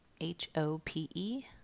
H-O-P-E